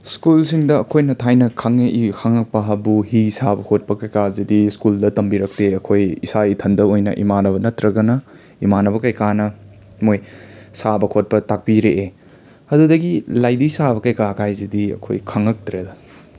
ꯁ꯭ꯀꯨꯜꯁꯤꯡꯗ ꯑꯩꯍꯣꯏꯅ ꯊꯥꯏꯅ ꯈꯪꯉꯛꯏ ꯈꯪꯉꯛꯄ ꯍꯥꯏꯕꯨ ꯍꯤ ꯁꯥꯕ ꯈꯣꯠꯄ ꯀꯩꯀꯥꯖꯤꯗꯤ ꯁ꯭ꯀꯨꯜꯗ ꯇꯝꯕꯤꯔꯛꯇꯦ ꯑꯈꯣꯏ ꯏꯁꯥ ꯏꯊꯟꯗ ꯑꯣꯏꯅ ꯏꯃꯥꯟꯅꯕ ꯅꯠꯇ꯭ꯔꯒꯅ ꯏꯃꯥꯟꯅꯕ ꯀꯩꯀꯥꯅ ꯃꯣꯏ ꯁꯥꯕ ꯈꯣꯠꯄ ꯇꯥꯛꯄꯤꯔꯛꯑꯦ ꯑꯗꯨꯗꯒꯤ ꯂꯥꯏꯙꯤ ꯁꯥꯕ ꯀꯩꯀꯥ ꯀꯥꯏꯖꯤꯗꯤ ꯑꯈꯣꯏ ꯈꯪꯉꯛꯇ꯭ꯔꯦꯗ